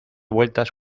vueltas